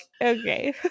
okay